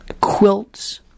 quilts